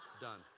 done